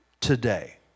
today